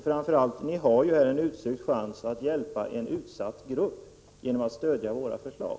Framför allt har ni ju här en utsökt chans att hjälpa en utsatt grupp genom att stödja våra förslag.